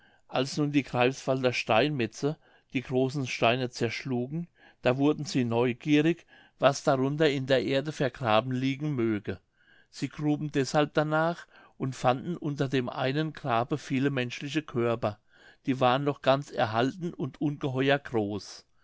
als nun die greifswalder steinmetzen die großen steine zerschlugen da wurden sie neugierig was darunter in der erde vergraben liegen möge sie gruben deshalb danach und fanden unter dem einen grabe viele menschliche körper die waren noch ganz erhalten und ungeheuer groß